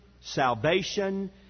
salvation